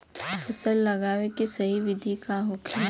फल लगावे के सही विधि का होखेला?